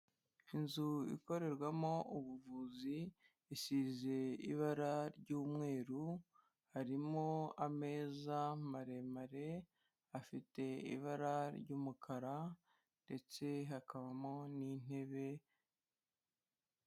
Inzu ikorerwamo ubuvuzi, isize ibara ry'umweru, harimo ameza maremare, afite ibara ry'umukara ndetse hakabamo n'intebe.